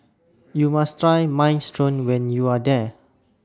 YOU must Try Minestrone when YOU Are There